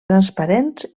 transparents